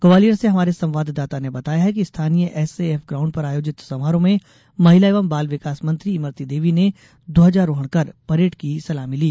ग्वालियर से हमारे संवाददाता ने बताया है कि स्थानीय एस ए एफ ग्प्रउंड पर आयोजित समारोह में महिला एवं बाल विकास मंत्री इमरती देवी ने ध्वजारोहण कर परेड की सलामी ली